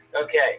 Okay